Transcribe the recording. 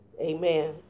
Amen